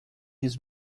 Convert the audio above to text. his